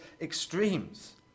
extremes